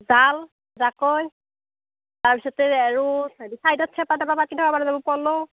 জাল জাকৈ তাৰপাছতে আৰু চাইডত চেপা তেপা পাতি থ'ব পাৰলোঁ প'ল'